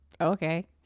okay